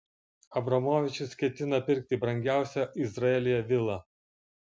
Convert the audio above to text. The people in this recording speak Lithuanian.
abramovičius ketina pirkti brangiausią izraelyje vilą